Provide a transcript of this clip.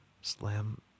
slam